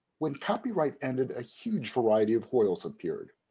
when copyright ended, a huge variety of hoyle's appeared.